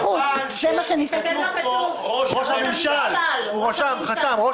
אנחנו הגשנו את התמחורים שלנו למשרד הבריאות כפי שחישבנו את העלויות.